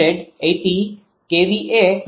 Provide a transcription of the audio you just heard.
તેથી તે 480 kVA બનશે